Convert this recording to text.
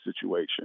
situation